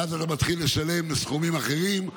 ואז אתה מתחיל לשלם סכומים אחרים.